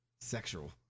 sexual